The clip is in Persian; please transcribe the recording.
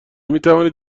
میتوانید